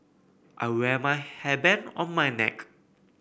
I wear my hairband on my neck